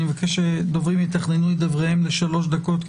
אני מבקש שדוברים יתכננו את דבריהם לשלוש דקות,